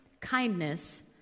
kindness